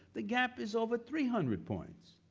the gap is over three hundred points.